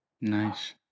Nice